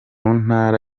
ntara